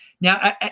Now